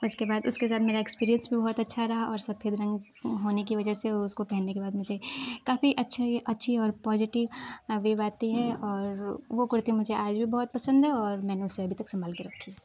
उसके बाद उसके साथ मेरा एक्सपीरिएन्स भी बहुत अच्छा रहा और सफेद रंग होने की वजह से उसको पहनने के बाद मुझे काफ़ी अच्छा ये अच्छी और पॉजिटिव वेव आते है और वो कुर्ती मुझे आज भी मुझे बहुत पसंद है और मैंने उसे अभी तक संभाल के रखी